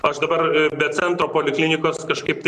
aš dabar be centro poliklinikos kažkaip tai